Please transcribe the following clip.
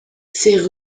c’est